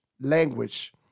language